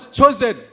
chosen